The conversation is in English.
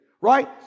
right